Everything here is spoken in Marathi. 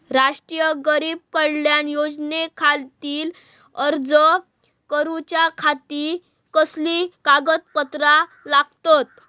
राष्ट्रीय गरीब कल्याण योजनेखातीर अर्ज करूच्या खाती कसली कागदपत्रा लागतत?